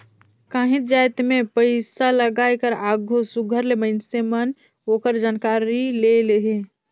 काहींच जाएत में पइसालगाए कर आघु सुग्घर ले मइनसे मन ओकर जानकारी ले लेहें